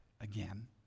again